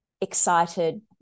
excited